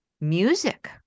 music